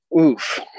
oof